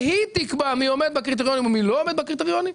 והיא תיקבע מי עומד בקריטריונים ומי לא עומד בקריטריונים,